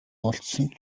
уулзсан